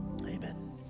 Amen